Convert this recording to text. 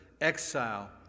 exile